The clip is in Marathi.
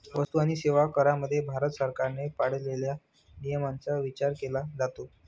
वस्तू आणि सेवा करामध्ये भारत सरकारने पाळलेल्या नियमांचा विचार केला जातो